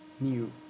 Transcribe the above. new